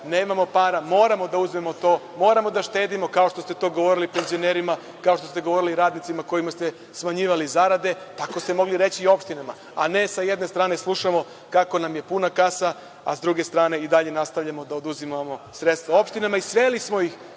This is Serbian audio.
nemamo para, moramo da uzmemo to, moramo da štedimo, kao što ste to govorili penzionerima, kao što ste govorili radnicima kojima ste smanjivali zarade, tako ste mogli reći i opštinama, a ne sa jedne strane slušamo kako nam je puna kasa, a sa druge strane i dalje nastavljamo da oduzimamo sredstva opštinama. Sveli smo ih